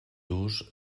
durs